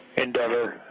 endeavor,